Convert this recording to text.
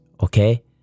okay